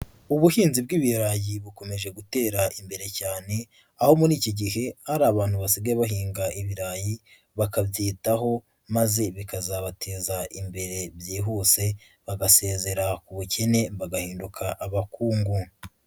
Ubuhinzi bw'ibirayi bukomeje gutera imbere cyane, aho muri iki gihe hari abantu basigaye bahinga ibirayi bakabyitaho maze bikazabateza imbere byihuse bagasezera ku bukene bagahinduka abakungu.